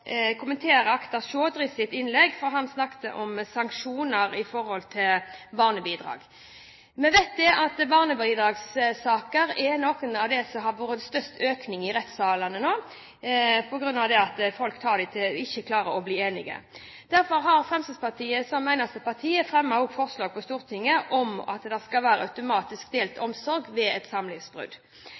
kommentere Akhtar Chaudhrys innlegg, for han snakket om sanksjoner i forhold til barnebidrag. Vi vet at barnebidragssaker er blant de saker som det har vært størst økning i i rettssalene nå, på grunn av at folk ikke klarer å bli enige. Derfor har Fremskrittspartiet som eneste parti fremmet et forslag for Stortinget om at det automatisk skal være delt omsorg ved et samlivsbrudd.